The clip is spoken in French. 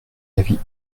avis